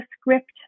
script